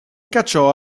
cacciò